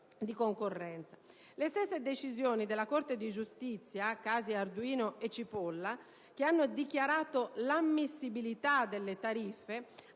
di concorrenza. Le stesse decisioni della Corte di giustizia (casi Arduino e Cipolla) che hanno dichiarato l'ammissibilità delle tariffe,